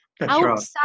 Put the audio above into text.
Outside